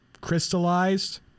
crystallized